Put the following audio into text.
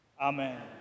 Amen